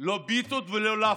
לא פיתות ולא לאפות.